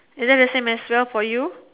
isn't the same as well for you